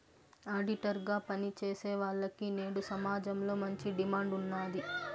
auditor గా పని చేసేవాల్లకి నేడు సమాజంలో మంచి డిమాండ్ ఉన్నాది